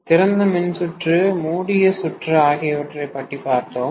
திறந்த மின்சுற்று மூடிய சுற்று ஆகியவற்றை பற்றி பார்த்தோம்